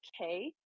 okay